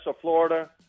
Florida